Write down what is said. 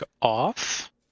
off